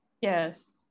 yes